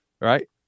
right